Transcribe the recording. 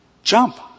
jump